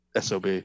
SOB